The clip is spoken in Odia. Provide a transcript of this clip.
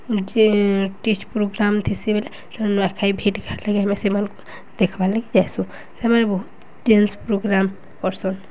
ଯେ ପ୍ରୋଗ୍ରାମ୍ ଥିସି ବଲେ ସେମାନେ ନୂଆଖାଇ ଭେଟ୍ ଘାଟ ଲାଗି ଆମେ ସେମାନଙ୍କୁ ଦେଖ୍ବାର୍ ଲାଗି ଯାଏସୁ ସେମାନେ ବହୁତ ଡ଼୍ୟାନ୍ସ ପ୍ରୋଗ୍ରାମ୍ କରସନ୍